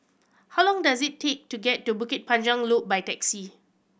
how long does it take to get to Bukit Panjang Loop by taxi